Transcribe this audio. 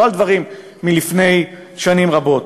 לא על דברים מלפני שנים רבות.